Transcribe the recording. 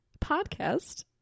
podcast